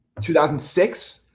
2006